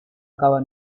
acaba